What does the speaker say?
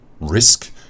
risk